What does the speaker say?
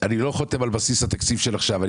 אני לא חותם על בסיס התקציב של עכשיו אלא